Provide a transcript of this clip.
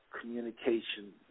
communication